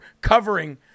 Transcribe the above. covering